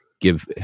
give